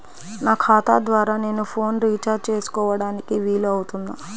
నా ఖాతా ద్వారా నేను ఫోన్ రీఛార్జ్ చేసుకోవడానికి వీలు అవుతుందా?